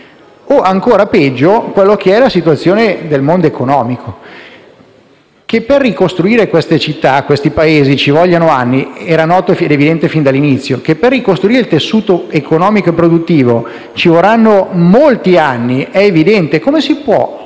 o, ancora peggio, penso a quella che è la situazione del mondo economico. Che per ricostruire queste città, questi paesi, ci vogliano anni, era noto fin dall'inizio; che per ricostruire il tessuto economico e produttivo ci vorranno molti anni è evidente. Come si può,